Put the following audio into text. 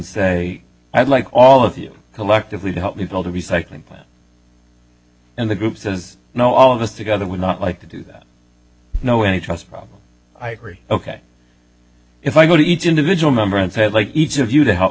say i'd like all of you collectively to help me build a recycling plant and the group says no all of us together would not like to do that no any trust problem i agree ok if i go to each individual member and say like each of you to help